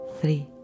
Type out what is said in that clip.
three